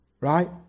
Right